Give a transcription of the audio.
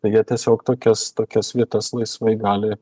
tai jie tiesiog tokias tokias vietas laisvai gali